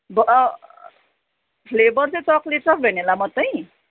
ब फ्लेभर चाहिँ चकलेट र भेनेला मात्रै